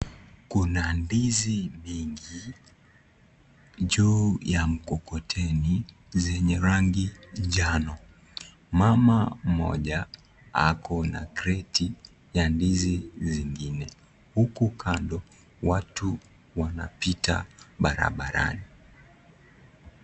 Kuna ndizi mingi juu ya mkokoteni zenye rangi njano. Mama mmoja ako na kreti ya ndizi zingine. Huku kando, watu wanapita barabarani.